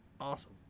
Awesome